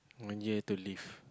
one year to live